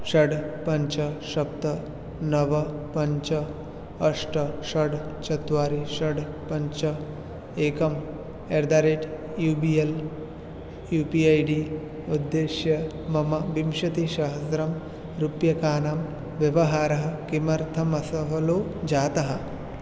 षट् पञ्च सप्त नव पञ्च अष्ट षट् चत्वारि षट् पञ्च एकं at the rate U B L U P I D उद्दिश्य मम विंशतिसहस्ररूप्यकाणां व्यवहारः किमर्थम् असहलो जातः